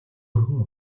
өргөн